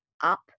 up